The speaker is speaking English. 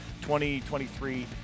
2023